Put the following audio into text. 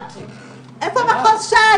איפה מחוז ש"י?